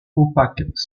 opaques